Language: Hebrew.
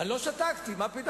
אני לא שתקתי, מה פתאום.